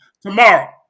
tomorrow